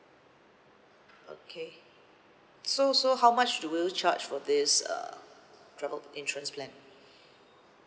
okay so so how much do you charge for this uh travel insurance plan